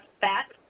fat